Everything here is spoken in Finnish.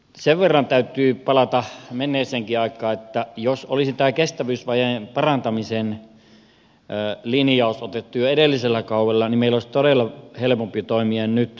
sen verran täytyy palata menneeseenkin aikaan että jos olisi tämä kestävyysvajeen parantamisen linjaus otettu jo edellisellä kaudella niin meillä olisi todella helpompi toimia nyt